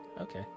Okay